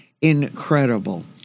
incredible